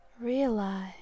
realize